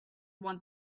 want